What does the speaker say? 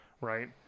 Right